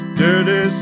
dirty